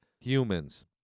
humans